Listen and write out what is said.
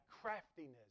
craftiness